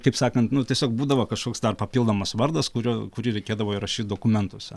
kaip sakant nu tiesiog būdavo kažkoks dar papildomas vardas kurio kurį reikėdavo įrašyt dokumentuose